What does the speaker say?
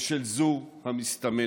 ושל זו המסתמנת.